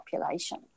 population